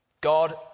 God